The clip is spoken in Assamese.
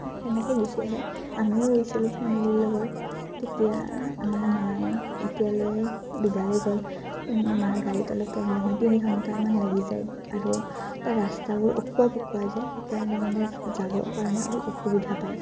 তেনেকৈ গুচি আহে আমিও গৈছিলোঁ ফেমিলিৰ লগত তেতিয়া আমাৰ মায়ে এতিয়ালৈ দুবাৰে গ'ল মাৰ গাড়ীত অলপ প্ৰব্লেম হয় তিনি ঘণ্টামান লাগি যায় আৰু তাৰ ৰাস্তাবোৰ অকোৱা পকোৱা যে সেইকাৰণে মানে যাবৰ কাৰণে অলপ অসুবিধা পায়